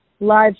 live